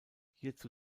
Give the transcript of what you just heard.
hierzu